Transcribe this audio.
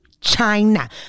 China